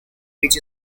which